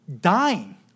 dying